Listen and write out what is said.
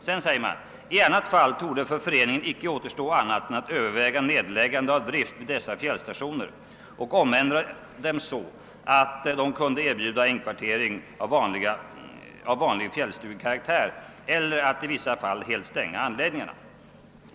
»I annat fall», säger styrelsen, »torde för föreningen icke återstå annat än att överväga nedläggande av driften vid dessa fjällstationer och omändra dem så, att de kunde erbjuda inkvartering av vanlig fjällstugekaraktär eller att i vissa fall helt stänga anläggningarna.